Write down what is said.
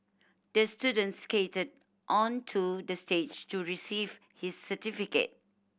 the student skated onto the stage to receive his certificate